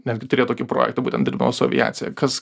netgi turėjo tokį projektą būtent dirbdamas su aviacija kas